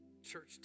church